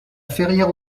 ferrière